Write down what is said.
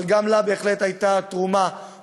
אבל גם לה בהחלט הייתה תרומה,